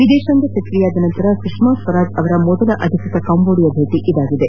ವಿದೇಶಾಂಗ ಸಚಿವೆಯಾದ ನಂತರ ಸುಷ್ಟಾಶ್ವರಾಜ್ ಅವರ ಮೊದಲ ಅಧಿಕೃತ ಕಾಂಬೋಡಿಯಾ ಭೇಟ ಇದಾಗಿದೆ